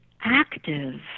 active